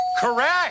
correct